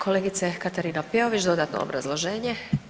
Kolegica Katarina Peović dodatno obrazloženje.